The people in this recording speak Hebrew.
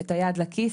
את היד לכיס,